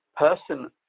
person,